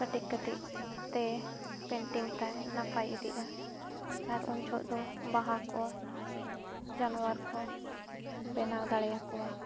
ᱠᱟᱹᱴᱤᱡ ᱠᱟᱹᱴᱤᱡ ᱛᱮ ᱯᱮᱱᱴᱤᱝ ᱛᱟᱭ ᱱᱟᱯᱟᱭ ᱤᱫᱤᱜᱼᱟ ᱟᱨ ᱩᱱ ᱡᱚᱦᱚᱜ ᱫᱚ ᱵᱟᱦᱟ ᱠᱚ ᱡᱟᱱᱣᱟᱨ ᱠᱚ ᱵᱮᱱᱟᱣ ᱫᱟᱲᱮᱭᱟᱠᱚᱣᱟᱭ